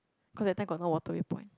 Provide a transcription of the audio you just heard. cause that time got no Waterway-Point